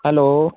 hello